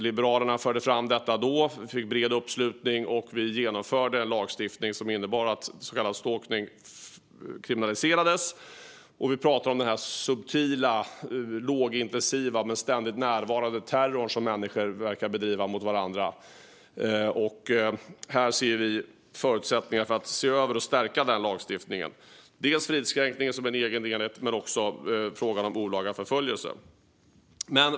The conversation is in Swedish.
Liberalerna förde fram det. Det blev en bred uppslutning, och vi genomförde en lagstiftning som innebar att så kallad stalkning kriminaliserades. Det jag pratar om är den subtila, lågintensiva men ständigt närvarande terrorn som människor verkar bedriva mot varandra. Vi ser att det finns förutsättningar för att se över och stärka den lagstiftningen. Det gäller fridskränkningen som en egen enhet men också frågan om olaga förföljelse. Herr talman!